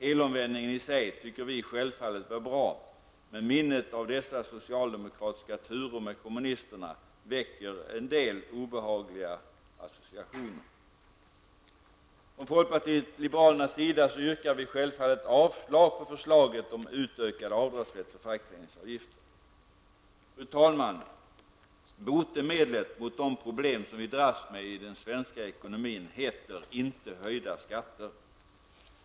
Helomvändningen i sig tycker vi självfallet var bra, men minnet av dessa socialdemokratiska turer med kommunisterna ger en del obehagliga associationer. Från folkpartiet liberalerna yrkar vi självfallet avslag på förslaget om utökad avdragsrätt för fackföreningsavgifter. Fru talman! Botemedlet mot de problem som vi dras med i den svenska ekonomin heter inte höjda skatter.